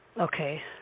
Okay